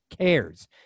cares